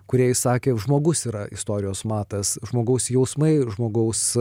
kūrėjai sakė žmogus yra istorijos matas žmogaus jausmai žmogaus